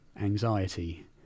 anxiety